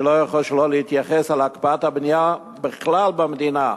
אני לא יכול שלא להתייחס להקפאת הבנייה בכלל במדינה,